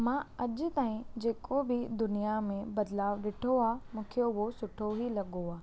मां अॼ ताईं जेको ॿि दुनिया में बदिलाउ ॾिठो आहे मूंखे उहो सुठो ई लॻो आहे